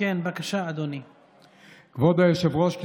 כבוד היושב-ראש,